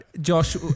Josh